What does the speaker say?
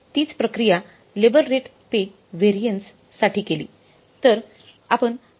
तीच प्रक्रिया labour rate pay variance साठी केली